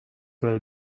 will